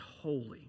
holy